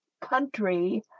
country